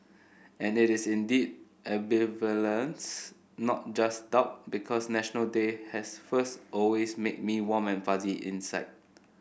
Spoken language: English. and it is indeed ambivalence not just doubt because National Day has first always made me warm and fuzzy inside